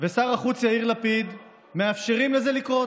ושר החוץ יאיר לפיד מאפשרים לזה לקרות,